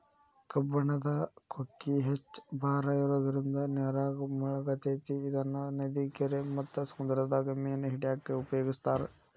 ಕಬ್ಬಣದ ಕೊಕ್ಕಿ ಹೆಚ್ಚ್ ಭಾರ ಇರೋದ್ರಿಂದ ನೇರಾಗ ಮುಳಗತೆತಿ ಇದನ್ನ ನದಿ, ಕೆರಿ ಮತ್ತ ಸಮುದ್ರದಾಗ ಮೇನ ಹಿಡ್ಯಾಕ ಉಪಯೋಗಿಸ್ತಾರ